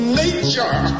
nature